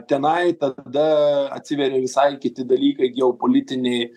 tenai tada atsiveria visai kiti dalykai geopolitiniai